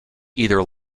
either